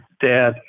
Dad